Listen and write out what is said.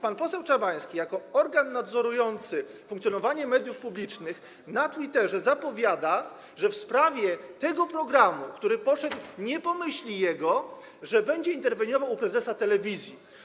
Pan poseł Czabański jako organ nadzorujący funkcjonowanie mediów publicznych na Twitterze zapowiada, że w sprawie tego programu, który poszedł nie po jego myśli, będzie interweniował u prezesa telewizji.